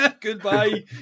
goodbye